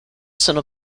sono